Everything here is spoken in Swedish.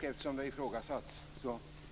Eftersom det har ifrågasatts